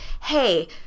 hey